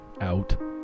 out